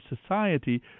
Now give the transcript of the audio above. society